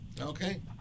Okay